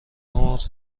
نور